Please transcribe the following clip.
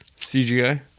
CGI